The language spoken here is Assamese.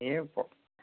এই